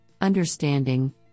understanding